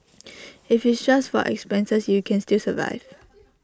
if it's just for your expenses you can still survive